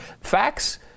Facts